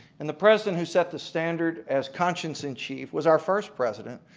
and the president who set the standard as conscience in chief was our first president,